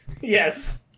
yes